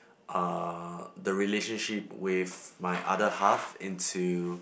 uh the relationship with my other half into